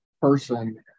person